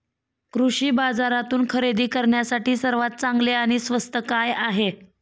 कृषी बाजारातून खरेदी करण्यासाठी सर्वात चांगले आणि स्वस्त काय आहे?